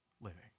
living